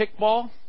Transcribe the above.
kickball